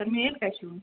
तर मिळेल का शिवून